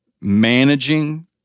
managing